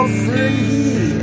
free